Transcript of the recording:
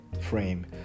frame